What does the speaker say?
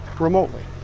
remotely